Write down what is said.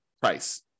price